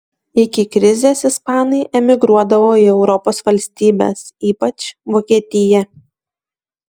iki krizės ispanai emigruodavo į europos valstybes ypač vokietiją